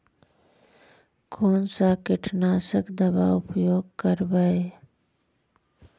कोन सा कीटनाशक दवा उपयोग करबय?